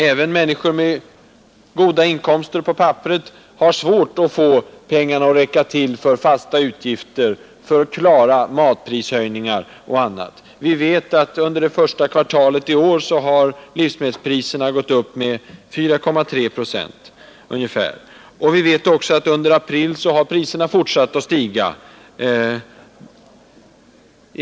Även familjer med goda inkomster på papperet har svårt att få pengarna att räcka till för fasta utgifter, för att klara matprishöjningar och annat. Under det första kvartalet i år har livsmedelspriserna gått upp med ungefär 4,3 procent, och under april har priserna fortsatt att stiga.